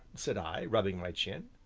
said i, rubbing my chin.